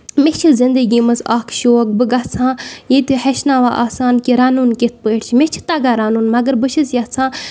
مےٚ چھِ زندگی منٛز اکھ شوق بہٕ گژھ ہا ییٚتہِ ہٮ۪چھناوان آسن کہِ رَنُن کِتھ پٲٹھۍ چھُ مےٚ چھُ تَگان رَنُن مَگر بہٕ چھَس یژھان